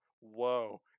Whoa